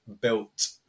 built